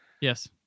Yes